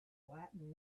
latin